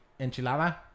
enchilada